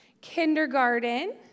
Kindergarten